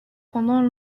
pendant